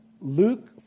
luke